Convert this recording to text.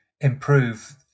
improve